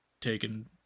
taken